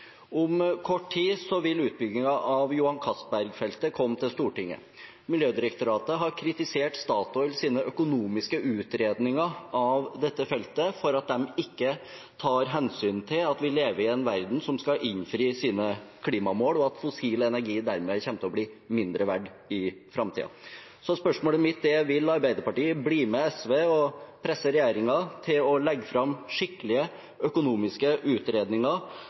Om kort tid vil utbyggingen av Johan Castberg-feltet komme til Stortinget. Miljødirektoratet har kritisert Statoils økonomiske utredninger av dette feltet for at de ikke tar hensyn til at vi lever i en verden som skal innfri sine klimamål, og at fossil energi dermed kommer til å bli mindre verdt i framtiden. Spørsmålet mitt er: Vil Arbeiderpartiet bli med SV og presse regjeringen til å legge fram skikkelige økonomiske utredninger